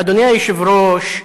אדוני היושב-ראש,